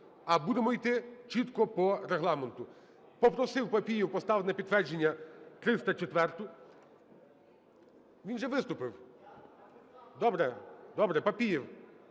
а будемо йти чітко по Регламенту. Попросив Папієв поставити на підтвердження 304-у. Він вже виступив. Добре. Добре.